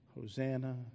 Hosanna